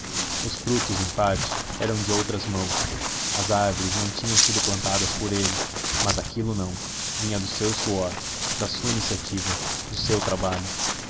os frutos em parte eram de outras mãos as árvores não tinham sido plantadas por ele mas aquilo não vinha do seu suor da sua iniciativa do seu trabalho